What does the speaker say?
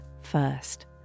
first